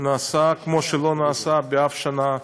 לא נעשה באף שנה,